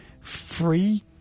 free